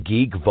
Geek